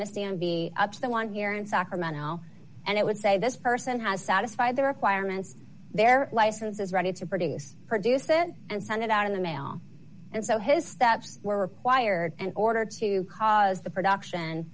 in a stand up to the one year in sacramento now and it would say this person has satisfy their requirements their license is ready to produce produce then and send it out in the mail and so his steps were wired and order to cause the production